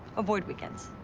avoid weekends.